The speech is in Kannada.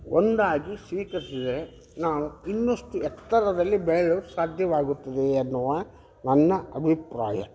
ಒಂದಾಗಿ ಸ್ವೀಕರಿಸಿದರೆ ನಾನು ಇನ್ನಷ್ಟು ಎತ್ತರದಲ್ಲಿ ಬೆಳೆಯಲು ಸಾಧ್ಯವಾಗುತ್ತದೆ ಎನ್ನುವ ನನ್ನ ಅಭಿಪ್ರಾಯ